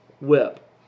whip